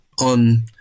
on